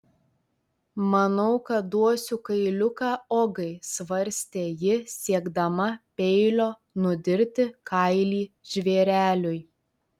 manau kad duosiu kailiuką ogai svarstė ji siekdama peilio nudirti kailį žvėreliui